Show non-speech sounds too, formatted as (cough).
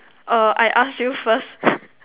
err I ask you first (breath)